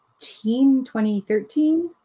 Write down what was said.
2013